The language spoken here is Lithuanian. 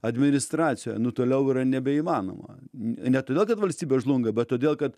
administracijoje nu toliau yra nebeįmanoma ne todėl kad valstybė žlunga bet todėl kad